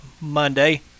Monday